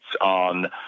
on